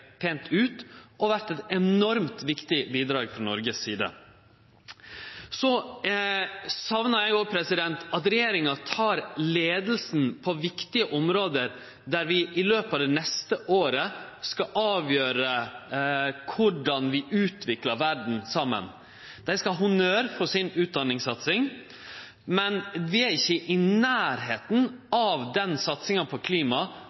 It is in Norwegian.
pent ut og vore eit enormt viktig bidrag frå Noreg si side. Så saknar eg òg at regjeringa tek leiinga på viktige område der vi i løpet av det neste året skal avgjere korleis vi utviklar verda saman. Dei skal ha honnør for satsinga på utdanning, men vi er ikkje i nærleiken av den satsinga på klima